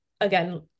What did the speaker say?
again